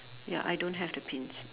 ya I don't have the pins